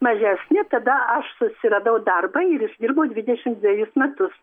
mažesni tada aš susiradau darbą ir išdirbau dvidešimt dvejus metus